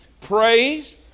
Praise